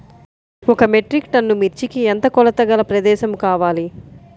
ఒక metric ton మిర్చికి ఎంత కొలతగల ప్రదేశము కావాలీ?